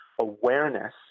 awareness